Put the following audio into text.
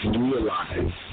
realize